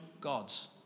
gods